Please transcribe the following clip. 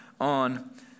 on